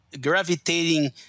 gravitating